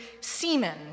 semen